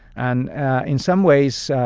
and in some ways,